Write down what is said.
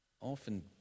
often